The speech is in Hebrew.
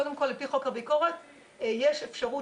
קודם כל לפי חוק הביקורת יש אפשרות